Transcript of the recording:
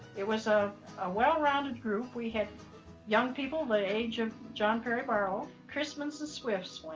it was a and well-rounded group. we had young people the age of john perry barlow, chrisman's and swift's went.